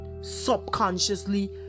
subconsciously